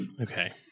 okay